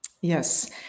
Yes